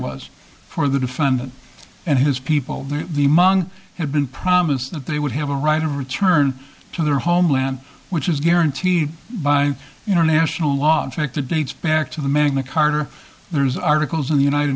was for the defendant and his people that the mung had been promised that they would have a right of return to their homeland which is guaranteed by international law objected dates back to the magna carter there's articles in the united